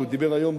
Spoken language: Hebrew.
והוא דיבר היום,